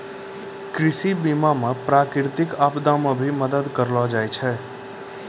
कृषि बीमा मे प्रकृतिक आपदा मे भी मदद करलो जाय छै